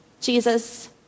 Jesus